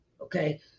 okay